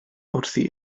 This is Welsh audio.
wrthi